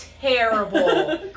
terrible